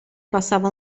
passava